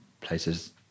places